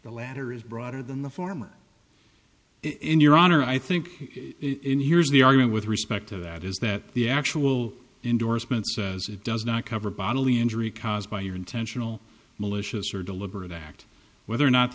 the latter is broader than the former in your honor i think it hears the argument with respect to that is that the actual endorsement says it does not cover bodily injury caused by your intentional malicious or deliberate act whether or not